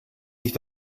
sich